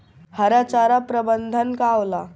हरा चारा प्रबंधन का होला?